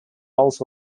also